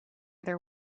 their